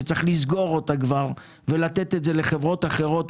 שצריך כבר לסגור אותה ולתת את זה לחברות אחרות,